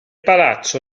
palazzo